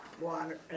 Water